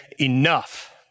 enough